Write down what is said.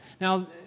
Now